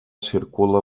circula